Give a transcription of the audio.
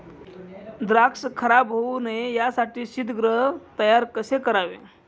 द्राक्ष खराब होऊ नये यासाठी शीतगृह तयार कसे करावे?